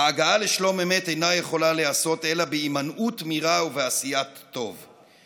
ההגעה לשלום אמת אינה יכולה להיעשות אלא בהימנעות מרע ובעשיית טוב.